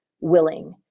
willing